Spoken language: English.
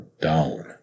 down